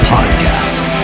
Podcast